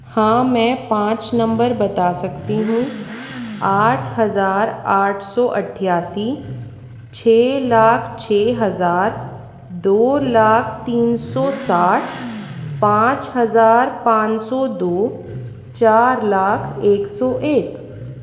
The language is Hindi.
हाँ मैं पाँच नंबर बता सकती हूँ आठ हज़ार आठ सौ अट्ठासी छः लाख छः हज़ार दो लाख तीन सौ साठ पाँच हज़ार पाँच सौ दो चार लाख एक सौ एक